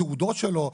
התעודות שלו.